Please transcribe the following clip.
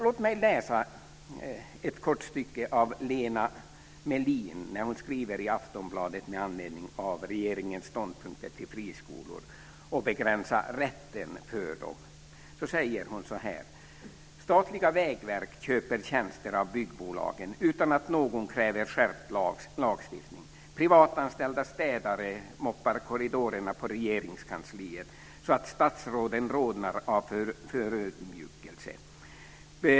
Låt mig läsa ett kort stycke av det Lena Mellin skrev i Aftonbladet med anledning av regeringens ståndpunkt i frågan om friskolor och att man ska begränsa rätten för dem. Så här sade hon: "Statliga Vägverket köper tjänster av byggbolagen utan att någon kräver skärpt lagstiftning. Privatanställda städare moppar korridorerna på Regeringskansliet så att statsråden rodnar av förödmjukelse.